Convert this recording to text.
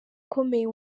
ukomeye